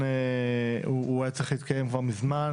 והוא היה צריך להתקיים כבר מזמן,